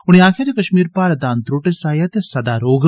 उनें आक्खेआ जे कश्मीर भारत दा अनत्रुट हिस्सा ऐ ते सदा रौहग